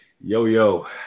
Yo-Yo